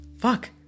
fuck